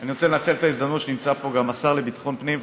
אני רוצה לנצל את ההזדמנות שנמצא פה גם השר לביטחון הפנים,